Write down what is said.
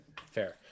fair